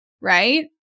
right